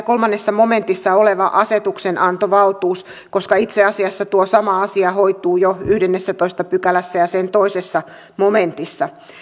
kolmannessa momentissa oleva asetuksenantovaltuus koska itse asiassa tuo sama asia hoituu jo yhdennessätoista pykälässä ja sen toisessa momentissa